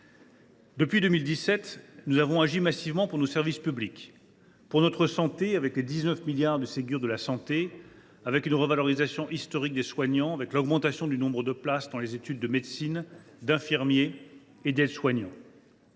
Depuis 2017, nous avons agi massivement pour nos services publics. « Nous avons agi pour notre santé, avec les 19 milliards d’euros du Ségur de la santé, avec une revalorisation historique de la rémunération des soignants et avec l’augmentation du nombre de places dans les études de médecine, d’infirmier et d’aide soignant.